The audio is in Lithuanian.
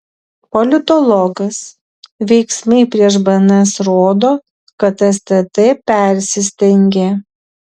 politologas veiksmai prieš bns rodo kad stt persistengė